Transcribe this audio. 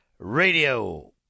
Radio